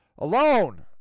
Alone